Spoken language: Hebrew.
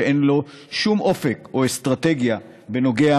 שאין לו שום אופק או אסטרטגיה בנוגע